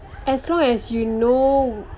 as long as you know